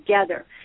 together